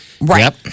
Right